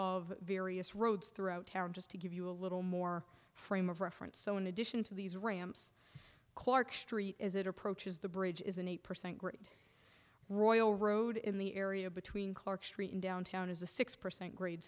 of various roads throughout town just to give you a little more frame of reference so in addition to these ramps clark street as it approaches the bridge is an eight percent grid royal road in the area between clark street in downtown as a six percent grade